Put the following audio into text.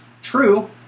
True